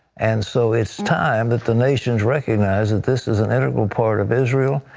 and so it is time that the nations recognize that this is an interval part of israel,